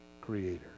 Creator